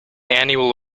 annual